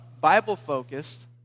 Bible-focused